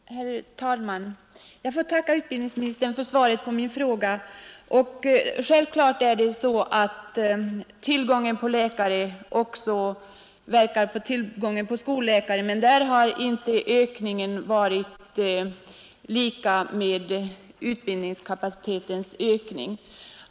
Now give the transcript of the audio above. Herr talman! Jag får tacka utbildningsministern för svaret på min fråga. Självfallet är det så att tillgången på läkare också inverkar på tillgången på skolläkare, men där har inte ökningen varit lika med utbildningskapacitetens ökning.